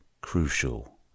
crucial